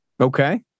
Okay